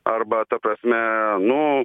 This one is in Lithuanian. arba ta prasme nu